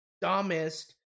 dumbest